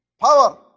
power